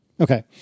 Okay